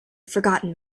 forgotten